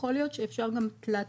יכול להיות שאפשר גם תלת-שימוש.